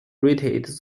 rated